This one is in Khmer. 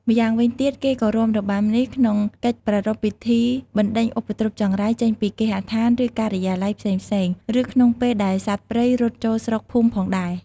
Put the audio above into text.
ម្យ៉ាងវិញទៀតគេក៏រាំរបាំនេះក្នុងកិច្ចប្រារព្ធពិធីបណ្ដេញឧបទ្រពចង្រៃចេញពីគេហដ្ឋាន ឬការិយាល័យផ្សេងៗ ឬក្នុងពេលដែលសត្វព្រៃរត់ចូលស្រុកភូមិផងដែរ។